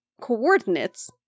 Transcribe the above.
coordinates